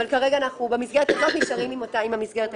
אבל כרגע אנחנו נשארים עם המסגרת הקיימת.